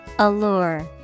Allure